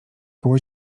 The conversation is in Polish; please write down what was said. koło